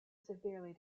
severely